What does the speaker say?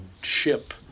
ship